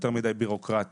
יותר מדי בירוקרטיה,